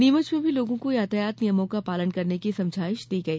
नीमच में भी लोगों को यातायात नियमों का पालन करने की समझाईश दी गई